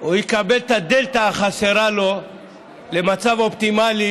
הוא יקבל את הדלתא שחסרה לו למצב האופטימלי,